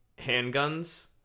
handguns